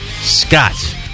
Scott